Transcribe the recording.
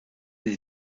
des